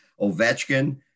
Ovechkin